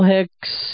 Hicks